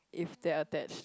if they attach